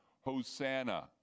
Hosanna